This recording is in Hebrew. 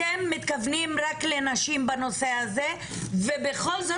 אתם מתכוונים רק לנשים בנושא הזה ובכל זאת